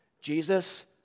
Jesus